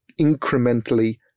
incrementally